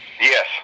yes